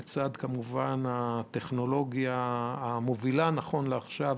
לצד כמובן הטכנולוגיה המובילה נכון לעכשיו,